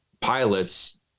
pilots